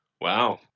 Wow